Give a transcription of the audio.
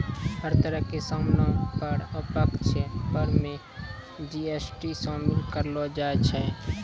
हर तरह के सामानो पर अप्रत्यक्ष कर मे जी.एस.टी शामिल करलो जाय छै